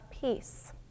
peace